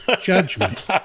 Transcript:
judgment